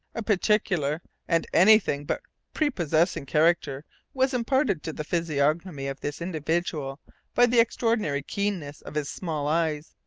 a particular and anything but prepossessing character was imparted to the physiognomy of this individual by the extraordinary keenness of his small eyes,